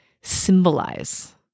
symbolize